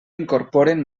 incorporen